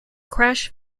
crash